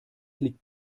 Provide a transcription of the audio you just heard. liegt